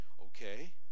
Okay